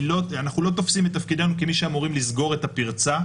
אנחנו לא תופסים את תפקידנו כמי שאמורים לסגור את הפרצה,